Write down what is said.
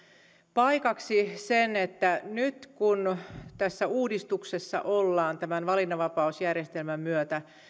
paikaksi sen että nyt kun tässä uudistuksessa ollaan tämän valinnanvapausjärjestelmän myötä